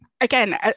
again